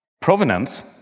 provenance